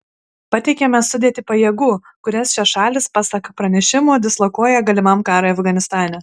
pateikiame sudėtį pajėgų kurias šios šalys pasak pranešimų dislokuoja galimam karui afganistane